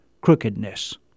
crookedness